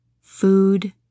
Food